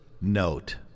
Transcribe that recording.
note